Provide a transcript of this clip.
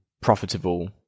profitable